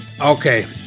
Okay